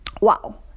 wow